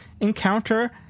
encounter